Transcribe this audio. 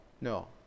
no